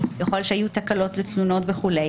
ככל שהיו תקלות ותלונות וכו',